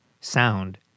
sound